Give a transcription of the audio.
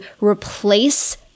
replace